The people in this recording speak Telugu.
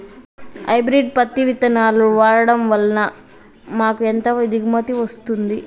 హైబ్రిడ్ పత్తి విత్తనాలు వాడడం వలన మాకు ఎంత దిగుమతి వస్తుంది?